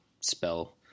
spell